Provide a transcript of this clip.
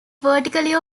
vertically